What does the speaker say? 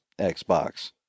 Xbox